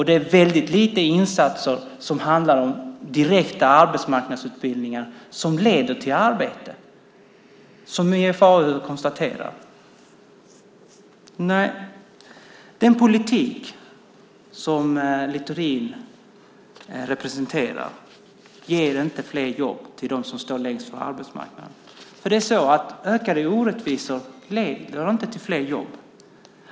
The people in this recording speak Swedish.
Det är väldigt lite insatser som handlar om direkta arbetsmarknadsutbildningar som leder till arbete, som IFAU konstaterar. Den politik som Littorin representerar ger inte fler jobb för dem som står längst från arbetsmarknaden. Ökade orättvisor leder inte till fler jobb.